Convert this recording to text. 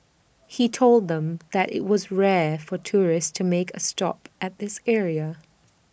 he told them that IT was rare for tourists to make A stop at this area